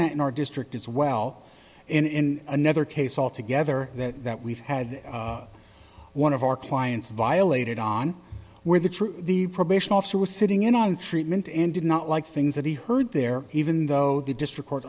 that in our district as well in another case altogether that that we've had one of our clients violated on where the true the probation officer was sitting in on treatment and did not like things that he heard there even though the district